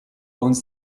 owns